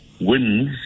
wins